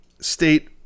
state